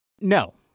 No